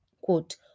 Quote